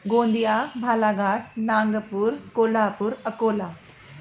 Gondia Balaghat Nagpur Kolhapur Akola